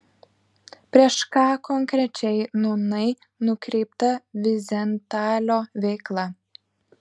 prieš ką konkrečiai nūnai nukreipta vyzentalio veikla